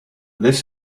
this